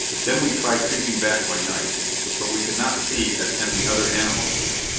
then we tried creeping back by night but we could not see as can the other animals here,